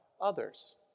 others